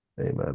amen